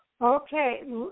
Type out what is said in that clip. Okay